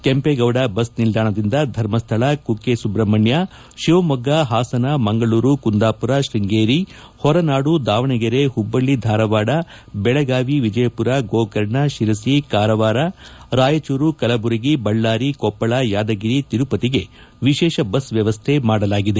Kempegowda bus ನಿಲ್ದಾಣದಿಂದ Dharmasthala Kukke Subrahmanya Shivamogga Hassan Mangaluru Kundapura Sringeri Horanadu Davanagere Hubballi Dharwad Belagavi Vijayapura Gokarna Sirsi Karwar Raichur Kalaburagi Ballari Koppal Yadgir ತಿರುಪತಿಗೆ ವಿಶೇಷ ಬಸ್ ವ್ಯವಸ್ಥೆ ಮಾಡಲಾಗಿದೆ